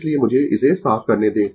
इसलिए मुझे इसे साफ करने दें